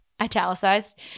italicized